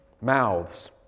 mouths